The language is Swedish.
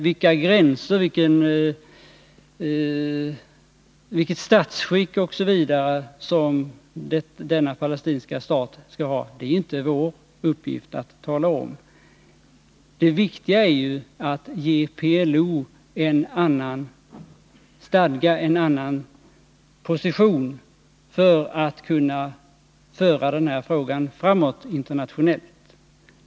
Vilka gränser, vilket statsskick osv. som denna palestinska stat skall ha är det inte vår uppgift att tala om. Det viktiga är att ge PLO en annan stadga, en annan position, för att PLO skall kunna föra den här frågan framåt internationellt.